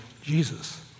Jesus